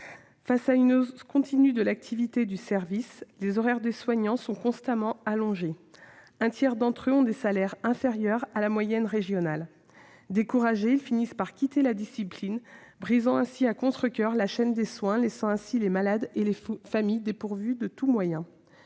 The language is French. Face à une hausse continue de l'activité du service, les horaires des soignants sont constamment allongés ; un tiers d'entre eux a un salaire inférieur à la moyenne régionale. Découragés, ils finissent par quitter la discipline, brisant ainsi à contrecoeur la chaîne des soins, laissant les malades et les familles démunis. Les